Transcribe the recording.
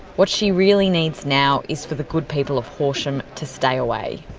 what she really needs now is for the good people of horsham to stay away.